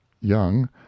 young